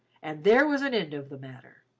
and there was an end of the matter.